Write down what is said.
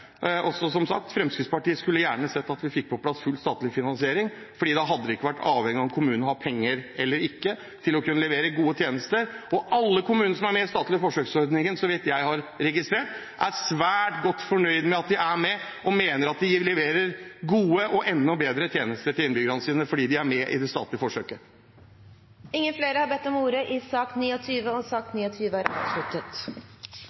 også til at reformen kommer, at regjeringen fortsetter, og at vi skal få levert gode eldreomsorgstjenester til alle dem som trenger det. Og som sagt: Fremskrittspartiet skulle gjerne sett at vi fikk på plass full statlig finansiering, for da hadde ikke det å kunne levere gode tjenester vært avhengig av om kommunene har penger eller ikke. Alle de kommunene som er med i den statlige forsøksordningen, er, så vidt jeg har registrert, svært godt fornøyd med at de er med, og mener at de leverer gode og enda bedre tjenester til innbyggerne sine – fordi de er med